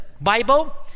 Bible